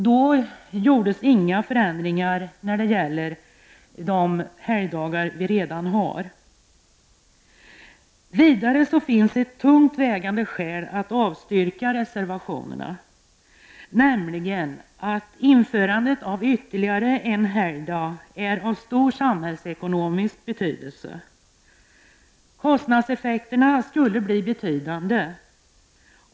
Då gjordes det inga ändringar när det gäller de helgdagar som redan finns. Vidare finns det ett tungt vägande skäl för att avstyrka reservationerna, nämligen att införandet av ytterligare en helgdag skulle få stor samhällsekonomisk betydelse. Kostnadseffekterna skulle bli betydande.